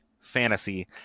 fantasy